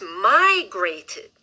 migrated